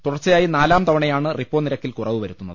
തുടർച്ചയായി നാലാം തവണയാണ് റിപ്പോ നിരക്കിൽ കുറവു വരുത്തുന്നത്